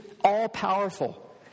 all-powerful